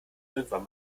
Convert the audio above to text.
irgendwann